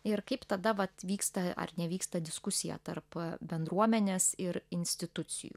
ir kaip tada vat vyksta ar nevyksta diskusija tarp bendruomenės ir institucijų